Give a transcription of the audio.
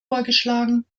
vorgeschlagen